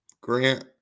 Grant